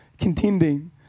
contending